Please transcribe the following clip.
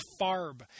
Farb